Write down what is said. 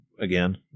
again